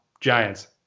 Giants